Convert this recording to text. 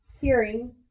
hearing